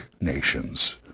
nations